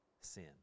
Sin